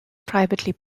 privately